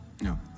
no